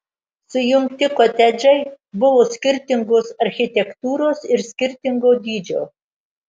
sujungti kotedžai buvo skirtingos architektūros ir skirtingo dydžio